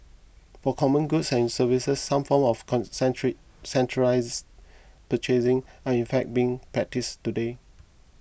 for common goods and services some forms of con century centralised purchasing are in fact being practised today